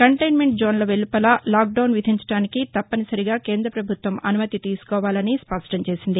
contentment జోన్ల వెలుపల lockdown విధించడానికి తప్పనిసరిగా కేంద్ర ప్రభుత్వ అనుమతి తీసుకోవాలని స్పష్టంచేసింది